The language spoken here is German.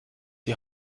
die